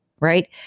right